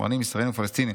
שמרנים ישראלים ופלסטינים.